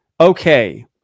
Okay